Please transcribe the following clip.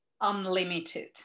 unlimited